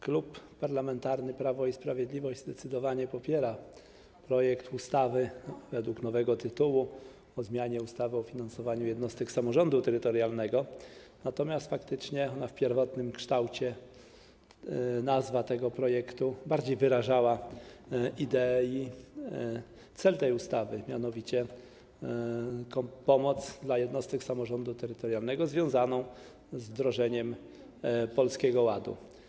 Klub Parlamentarny Prawo i Sprawiedliwość zdecydowanie popiera projekt ustawy według nowego tytułu o zmianie ustawy o finansowaniu jednostek samorządu terytorialnego, natomiast faktycznie w pierwotnym kształcie nazwa tego projektu bardziej wyrażała idee i cel tej ustawy, mianowicie pomoc dla jednostek samorządu terytorialnego związaną z wdrożeniem Polskiego Ładu.